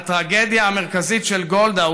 הטרגדיה המרכזית של גולדה,